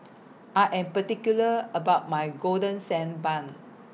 I Am particular about My Golden Sand Bun